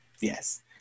Yes